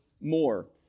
more